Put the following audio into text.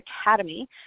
Academy